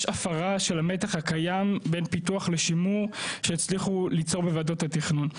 יש הפרה של המתח הקיים בין פיתוח לשימור שהצליחו ליצור בוועדות התכנון.